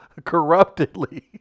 corruptedly